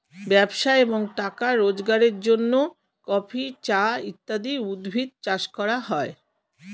ব্যবসা এবং টাকা রোজগারের জন্য কফি, চা ইত্যাদি উদ্ভিদ চাষ করা হয়